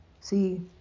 See